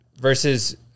versus